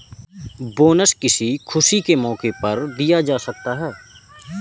bonus किसी खुशी के मौके पर दिया जा सकता है